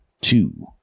two